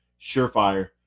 surefire